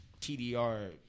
TDR